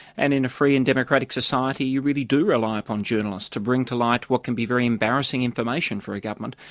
and in a free and democratic society you really do rely upon journalists to bring to light what can be very embarrassing information for a government.